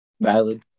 Valid